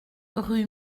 rue